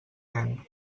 nen